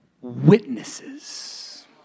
witnesses